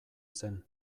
zen